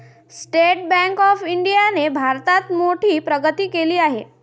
state bank of इंडियाने भारतात मोठी प्रगती केली आहे